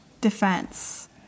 Defense